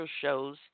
shows